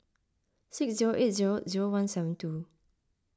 six zero eight zero zero one seven two